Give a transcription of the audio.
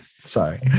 sorry